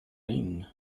ring